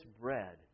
bread